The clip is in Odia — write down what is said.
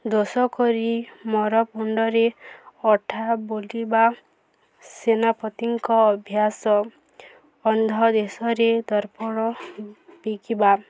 ଦୋଷ କରି ମରପୁଣ୍ଡରେ ଅଠା ବୋଲିବା ସେନାପତିଙ୍କ ଅଭ୍ୟାସ ଅନ୍ଧ ଦେଶରେ ଦର୍ପଣ ବିକିବା